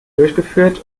durchgeführt